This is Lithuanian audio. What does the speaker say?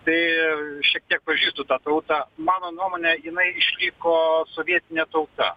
tai šiek tiek pažįstu tą tautą mano nuomone jinai išliko sovietinė tauta